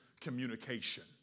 communication